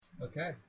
Okay